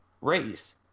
race